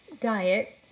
diet